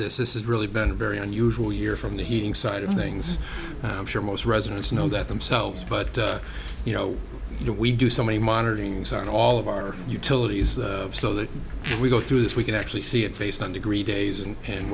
this this is really been a very unusual year from the heating side of things i'm sure residents know that themselves but you know we do so many monitoring zone all of our utilities so that we go through this we can actually see it face on degree days and